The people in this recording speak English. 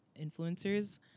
influencers